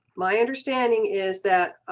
my understanding is that